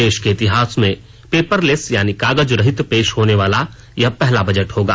देश के इतिहास में पेपरलेस यानी कागज रहित पेश होने वाला यह पहला बजट होगा